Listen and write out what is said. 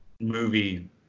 movie